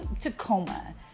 Tacoma